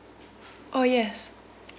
oh yes